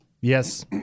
Yes